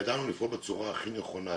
נותנים לזה את כל תשומת הלב,